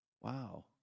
Wow